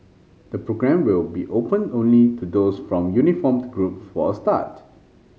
the programme will be open only to those from uniformed group forth start